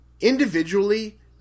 Individually